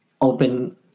open